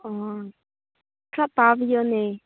ꯑꯥ ꯈꯔ ꯇꯥꯕꯤꯌꯣꯅꯦ